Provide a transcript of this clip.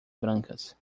brancas